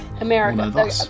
America